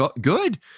good